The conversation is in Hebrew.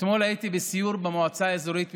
אתמול הייתי בסיור במועצה האזורית משגב.